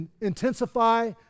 intensify